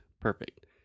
perfect